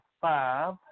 five